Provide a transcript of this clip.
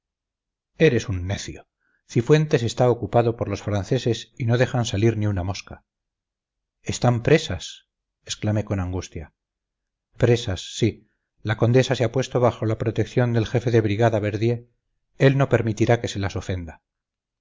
eres un necio cifuentes está ocupado por los franceses y no dejan salir ni una mosca están presas exclamé con angustia presas sí la condesa se ha puesto bajo la protección del jefe de brigada verdier él no permitirá que se las ofenda